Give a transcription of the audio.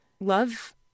love